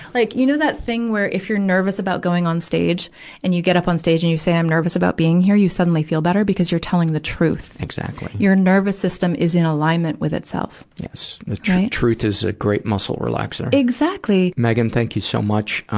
like, you know that thing where if you're nervous about going on stage and you get up on stage and you say i'm nervous about being here, you suddenly feel better because you're telling the truth. exactly. your nervous system is in alignment with itself. yes. truth truth is a great muscle relaxer. exactly! megan, thank you so much.